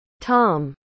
Tom